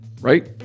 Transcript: right